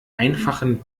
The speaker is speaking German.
einfachen